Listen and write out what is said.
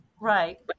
right